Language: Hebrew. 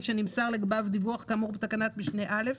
שנמסר לגביו דיווח כאמור בתקנת משנה (א),